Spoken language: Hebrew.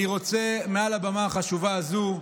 אני רוצה מעל הבמה החשובה הזו,